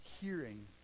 hearing